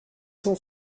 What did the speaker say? cent